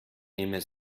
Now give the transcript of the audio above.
nehme